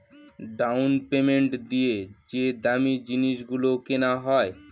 down payment দিয়ে যে দামী জিনিস গুলো কেনা হয়